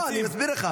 לא, אני מסביר לך.